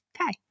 Okay